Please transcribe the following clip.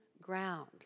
ground